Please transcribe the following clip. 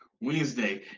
Wednesday